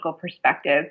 perspective